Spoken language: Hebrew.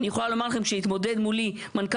אני יכולה להגיד לכם שהתמודד מולי מנכ"ל